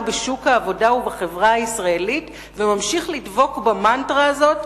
בשוק העבודה ובחברה הישראלית וממשיך לדבוק במנטרה הזאת,